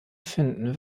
finden